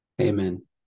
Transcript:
Amen